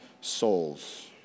souls